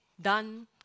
done